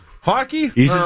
Hockey